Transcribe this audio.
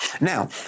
Now